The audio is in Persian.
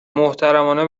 محترمانه